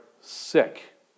sick